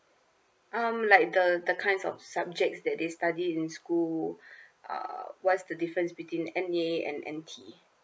um like the the kinds of subjects that they study in school uh what's the difference between N_A and N_T